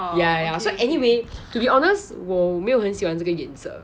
ya ya so anyway to be honest 我没有很喜欢这个颜色